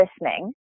listening